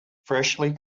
freshly